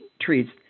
treats